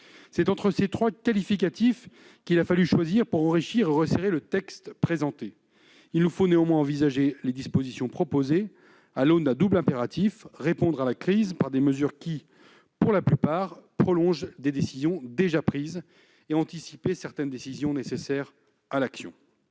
C'est entre ces trois qualificatifs qu'il a fallu choisir pour enrichir et resserrer le texte. Il nous faut néanmoins envisager les dispositions proposées à l'aune d'un double impératif : répondre à la crise par des mesures dont la plupart prolongent des décisions déjà prises et anticiper certaines décisions nécessaires à l'action.